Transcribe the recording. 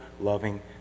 loving